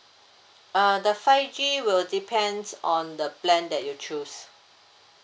uh the five G will depends on the plan that you choose